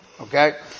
Okay